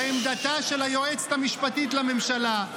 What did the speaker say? של היועצת המשפטית לממשלה,